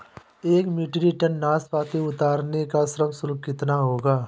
एक metric tonne नाशपाती उतारने का श्रम शुल्क कितना होगा?